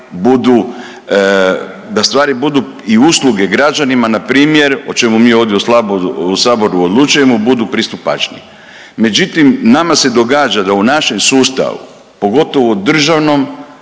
da stvari budu i usluge građanima na primjer o čemu mi ovdje u Saboru odlučujemo budu pristupačnije. Međutim, nama se događa da u našem sustavu pogotovo državnom